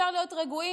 אפשר להיות רגועים,